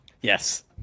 Yes